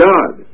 God